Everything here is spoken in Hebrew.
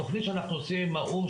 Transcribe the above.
יש את התוכנית שאנחנו עושים עם האו"ם,